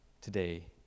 today